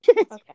Okay